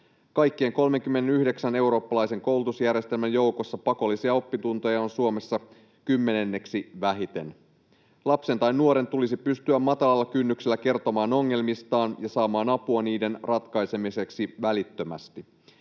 Kaikkien 39 eurooppalaisen koulutusjärjestelmän joukossa pakollisia oppitunteja on Suomessa kymmenenneksi vähiten. Lapsen tai nuoren tulisi pystyä matalalla kynnyksellä kertomaan ongelmistaan ja saamaan apua niiden ratkaisemiseksi välittömästi.